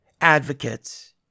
advocates